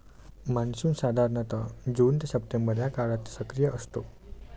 monsoon साधारणतः जून ते सप्टेंबर या काळात सक्रिय असतो